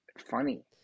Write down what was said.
funny